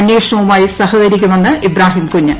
അന്വേഷണവുമായി സഹകരിക്കുമെന്ന് ഇബ്രാഹിംകുഞ്ഞ്